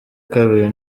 kabiri